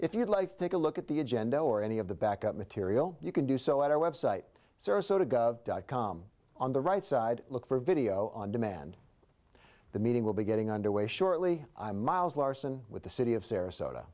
if you'd like to think a look at the agenda or any of the back up material you can do so at our website sarasota gov dot com on the right side look for video on demand the meeting will be getting underway shortly i'm miles larson with the city of sarasota